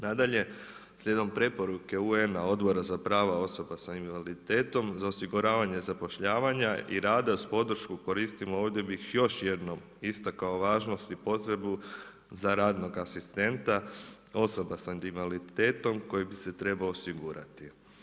Nadalje, slijedom preporuke UN-a Odbora za pravo osoba s invaliditetom za osiguravanje zapošljavanja i rada uz podršku koristimo, ovdje bih još jednom istakao važnost i potrebu za radnog asistenta osoba s invaliditetom koji bi se trebao osigurati.